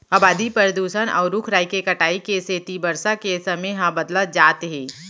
अबादी, परदूसन, अउ रूख राई के कटाई के सेती बरसा के समे ह बदलत जात हे